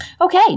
Okay